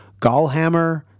Gallhammer